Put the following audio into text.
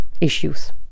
issues